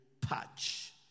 patch